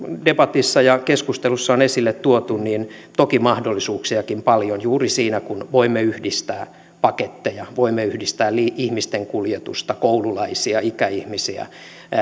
debatissa ja keskustelussa on esille tuotu niin toki on mahdollisuuksiakin paljon juuri siinä kun voimme yhdistää paketteja voimme yhdistää ihmisten kuljetusta koululaisia ikäihmisiä